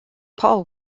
paul